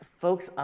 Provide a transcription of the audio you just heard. folks